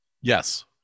Yes